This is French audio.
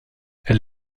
elle